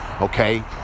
okay